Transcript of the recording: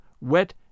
wet